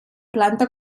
planta